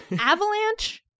Avalanche